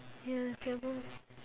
ya